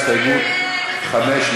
הסתייגות 5,